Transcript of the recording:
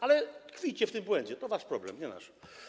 Ale tkwijcie w tym błędzie, to wasz problem, nie nasz.